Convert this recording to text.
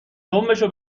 دمبشو